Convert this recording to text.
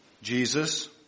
Jesus